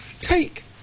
take